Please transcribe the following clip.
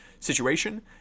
situation